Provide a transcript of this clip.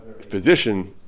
physician